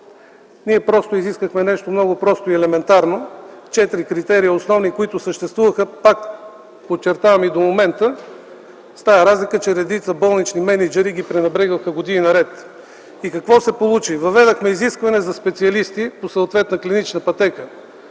Ние просто изискахме нещо много просто и елементарно – четири основни критерия, които съществуваха, пак подчертавам, и до момента, с тая разлика, че редица болнични мениджъри ги пренебрегваха години наред. Какво се получи? Въведохме изискване за специалисти по съответна клинична пътека.